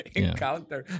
encounter